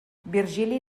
virgili